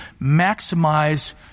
maximize